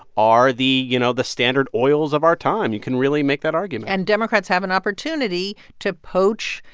are the, you know, the standard oils of our time. you can really make that argument and democrats have an opportunity to poach,